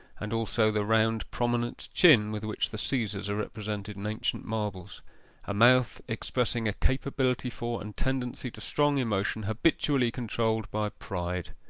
and also the round prominent chin with which the caesars are represented in ancient marbles a mouth expressing a capability for and tendency to strong emotion, habitually controlled by pride.